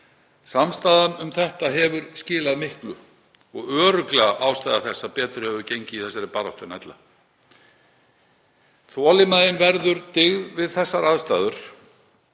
Samstaðan um þetta hefur skilað miklu og er örugglega ástæða þess að betur hefur gengið í þessari baráttu en ella. Þolinmæðin verður dyggð við þessar aðstæður